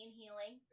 healing